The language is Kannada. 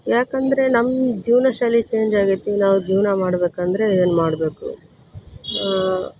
ಯಾಕಂದರೆ ನಮ್ಮ ಜೀವ್ನದ ಶೈಲಿ ಚೇಂಜ್ ಆಗೈತಿ ನಾವು ಜೀವನ ಮಾಡಬೇಕಂದ್ರೆ ಏನು ಮಾಡಬೇಕು